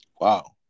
Wow